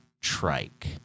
trike